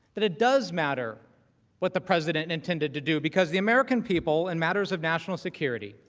than it does matter what the president intended to do because the american people in matters of national security